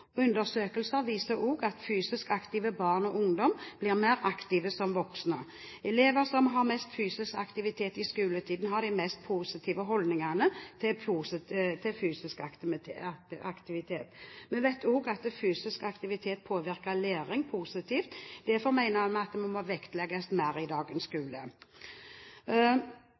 Undersøkelser viser også at fysisk aktive barn og ungdommer blir mer aktive som voksne. Elever som har mest fysisk aktivitet i skoletiden, har de mest positive holdningene til fysisk aktivitet. Vi vet også at fysisk aktivitet påvirker læring positivt. Derfor mener vi at det må vektlegges mer enn i dagens skole.